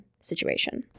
situation